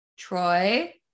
Troy